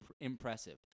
impressive